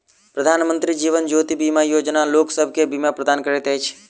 प्रधानमंत्री जीवन ज्योति बीमा योजना लोकसभ के बीमा प्रदान करैत अछि